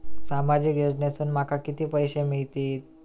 सामाजिक योजनेसून माका किती पैशे मिळतीत?